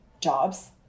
jobs